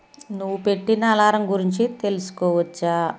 నువ్వు పెట్టిన అలారం గురించి తెలుసుకోవచ్చా